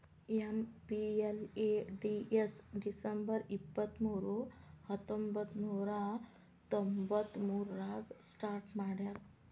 MPLADS December ಇಪ್ಪತ್ಮೂರು ಹತ್ತೊಂಬಂತ್ತನೂರ ತೊಂಬತ್ತಮೂರಾಗ ಸ್ಟಾರ್ಟ್ ಮಾಡ್ಯಾರ